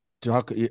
talk